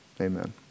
Amen